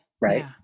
Right